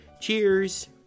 Cheers